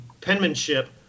penmanship